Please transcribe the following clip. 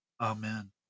amen